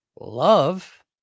love